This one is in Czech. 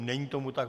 Není tomu tak.